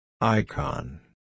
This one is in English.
Icon